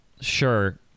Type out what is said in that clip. sure